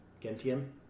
Gentian